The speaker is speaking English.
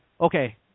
Okay